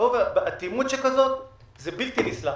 אטימות שכזאת היא בלתי נסלחת.